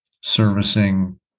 servicing